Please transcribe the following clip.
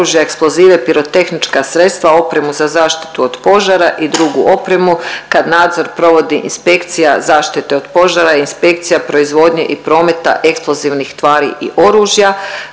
oružje, eksplozive, pirotehnička sredstva, opremu za zaštitu od požara i drugu opremu kad nadzor provodi inspekcija zaštite od požara, inspekcija proizvodnje i prometa eksplozivnih tvari i oružja,